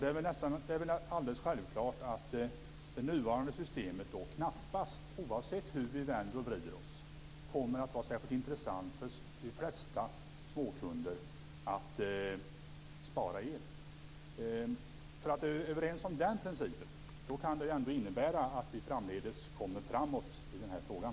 Det är väl alldeles självklart att med det nuvarande systemet kommer det knappast, oavsett hur vi vänder och vrider oss, att vara särskilt intressant för de flesta småkunder att spara el. Är vi överens om den principen kan det innebära att vi framdeles kommer framåt i frågan.